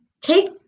take